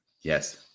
Yes